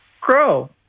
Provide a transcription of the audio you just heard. grow